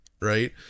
right